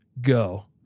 go